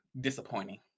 disappointing